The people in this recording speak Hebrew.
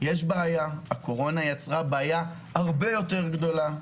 יש בעיה, הקורונה יצרה בעיה הרבה יותר גדולה.